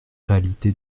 réalité